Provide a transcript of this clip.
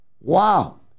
Wow